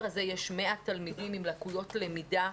הזה יש 100 תלמידים עם לקויות למידה,